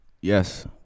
yes